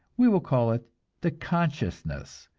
we will call it the consciousness,